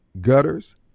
gutters